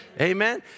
Amen